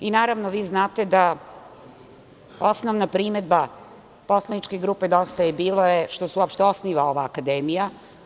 I naravno, vi znate da osnovna primedba poslaničke grupe Dosta je bilo je što se uopšte osniva ova akademija.